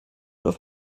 auf